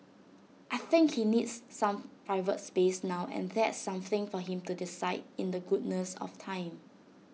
I think he needs some private space now and that's something for him to decide in the goodness of time